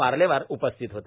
पार्लेवार उपस्थित होते